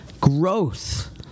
growth